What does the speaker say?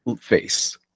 face